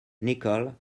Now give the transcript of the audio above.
nicole